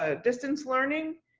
ah distance learning,